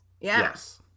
Yes